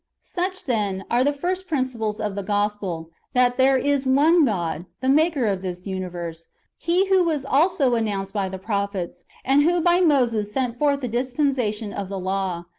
such, then, are the first principles of the gospel that there is one god, the maker of this universe he who was also announced by the prophets, and who by moses set forth the dispensation of the law,